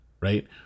Right